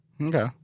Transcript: Okay